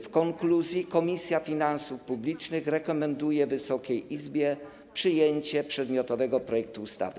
W konkluzji Komisja Finansów Publicznych rekomenduje Wysokiej Izbie przyjęcie przedmiotowego projektu ustawy.